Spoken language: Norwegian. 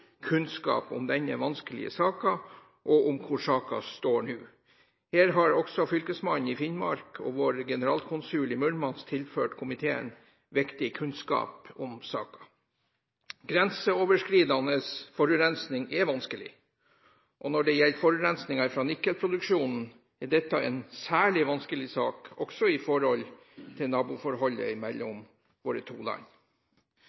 kunnskap om denne vanskelige saken og om hvor saken står nå. Her har også fylkesmannen i Finnmark og vår generalkonsul i Murmansk tilført komiteen viktig kunnskap om saken. Grenseoverskridende forurensning er vanskelig, og når det gjelder forurensning fra nikkelproduksjonen, er dette en særlig vanskelig sak, også for naboforholdet mellom våre to land.